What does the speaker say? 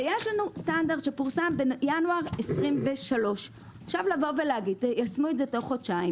יש לנו סטנדרט שפורסם בינואר 23'. לומר שתיישמו את זה עוד חודשיים